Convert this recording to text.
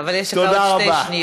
אבל יש לך עוד שתי שניות.